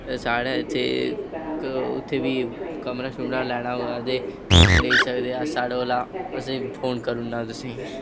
साढ़े इत्थै उत्थै बी कमरा शुमरा लैना होवे ते तुस लेई सकदे अस साढ़े कोला असेंगी फोन करी ओड़ना तुसें